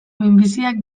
minbiziak